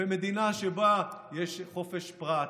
ומדינה שבה יש חופש פרט,